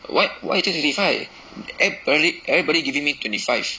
why why you take twenty five everybo~ everybody giving me twenty five